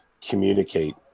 communicate